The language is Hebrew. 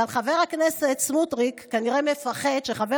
אבל חבר הכנסת סמוטריץ' כנראה מפחד שחבר